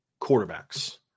quarterbacks